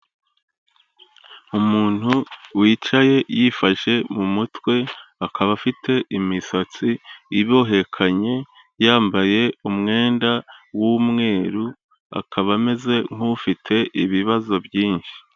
Umuntu wicaye yifashe mu mutwe akaba afite imisatsi ibohekanye yambaye umwenda w'umweru akaba ameze nk'ufite ibibazo byinshi.